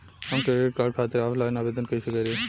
हम credit card खातिर offline आवेदन कइसे करि?